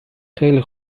خیلی